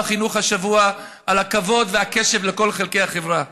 החינוך השבוע על הכבוד והקשב לכל חלקי החברה.